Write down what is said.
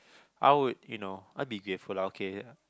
I would you know I'd be grateful lah okay